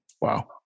Wow